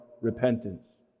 repentance